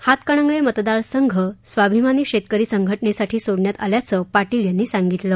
हातकणंगले मतदारसंघ स्वाभीमानी शेतकरी संघटनेसाठी सोडण्यात आल्याचं पाटील यांनी सांगितलं